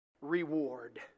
reward